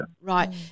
Right